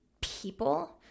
people